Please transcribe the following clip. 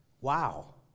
Wow